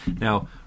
Now